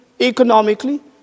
economically